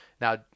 Now